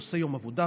עושה יום עבודה,